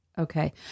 Okay